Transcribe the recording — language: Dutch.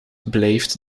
blijft